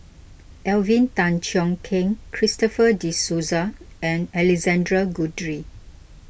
Alvin Tan Cheong Kheng Christopher De Souza and Alexander Guthrie